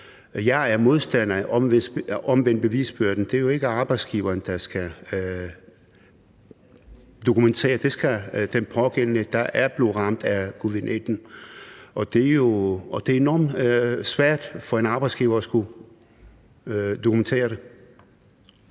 Jeg er modstander af omvendt bevisbyrde. Det er jo ikke arbejdsgiveren, der skal dokumentere. Det skal den pågældende, der er blevet ramt af covid-19. Det er enormt svært for en arbejdsgiver at skulle dokumentere det.